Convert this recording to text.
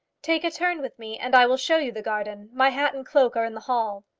take a turn with me, and i will show you the garden. my hat and cloak are in the hall.